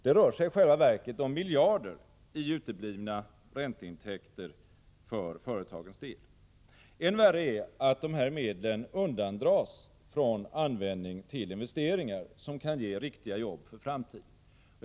Det rör sig i själva verket om miljarder av uteblivna ränteintäkter för företagens del. Än värre är att de här medlen undandras från användning tillinvesteringar som kan ge riktiga jobb för framtiden.